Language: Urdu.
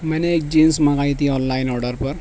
میں نے ایک جینس منگائی تھی آن لائن آڈر پر